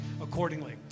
accordingly